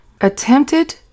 attempted